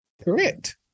Correct